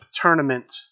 tournament